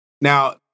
Now